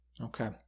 Okay